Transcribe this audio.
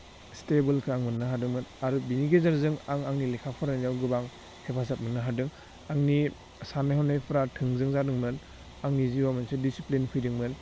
स्टेबोलखौ आं मोननो हादोंमोन आरो बिनि गेजेरजों आं आंनि लेखा फरायनायाव गोबां हेफाजाब मोननो हादों आंनि सान्नाय हनायफ्रा थोजों जादोंमोन आंनि जिउवाव मोनसे दिसिप्लिन फैदोंमोन